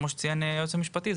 כמו שציין היועץ המשפטי,